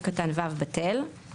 סעיף קטן (ו) בטל,